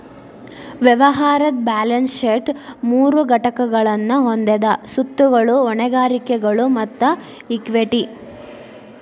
ವ್ಯವಹಾರದ್ balance sheet ಮೂರು ಘಟಕಗಳನ್ನ ಹೊಂದೆದ ಸ್ವತ್ತುಗಳು, ಹೊಣೆಗಾರಿಕೆಗಳು ಮತ್ತ ಇಕ್ವಿಟಿ